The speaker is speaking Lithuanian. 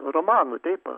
romanu taip